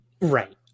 right